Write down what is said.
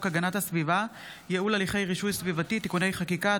הגנת הסביבה (ייעול הליכי רישוי סביבתי) (תיקוני חקיקה),